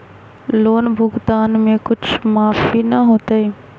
Loan भुगतान में कुछ माफी न होतई?